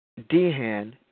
Dehan